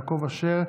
יעקב אשר,